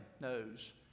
knows